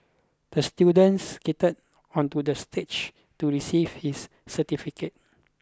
the student skated onto the stage to receive his certificate